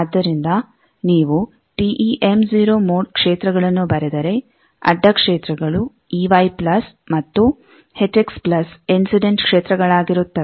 ಆದ್ದರಿಂದ ನೀವುTEm0 ಮೋಡ್ ಕ್ಷೇತ್ರಗಳನ್ನು ಬರೆದರೆ ಅಡ್ಡ ಕ್ಷೇತ್ರಗಳು ಮತ್ತು ಇನ್ಸಿಡೆಂಟ್ ಕ್ಷೇತ್ರಗಳಾಗಿರುತ್ತವೆ